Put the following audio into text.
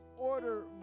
Order